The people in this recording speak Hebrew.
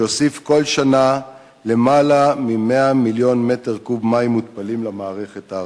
שיוסיף כל שנה למעלה מ-100 מיליון מטר קוב מים מותפלים למערכת הארצית.